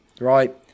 Right